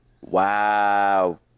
Wow